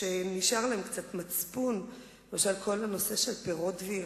הצ'רקסיים, המוסלמיים, על עיירות קטנה בפריפריה,